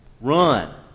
run